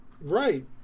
Right